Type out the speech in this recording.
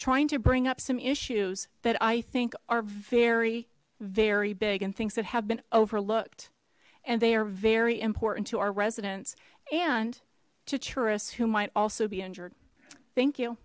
trying to bring up some issues that i think are very very big and things that have been overlooked and they are very important to our residents and to tourists who might also be injured thank you